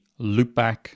loopback